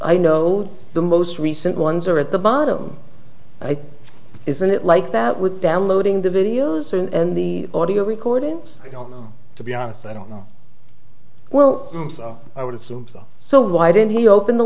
i know the most recent ones are at the bottom isn't it like that with downloading the videos and the audio recordings to be honest i don't know well i would assume so so why didn't he open the